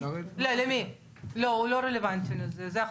כל הירוק, אני מבטיחה לכם --- היא קראה 2ט(א)